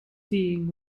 seeing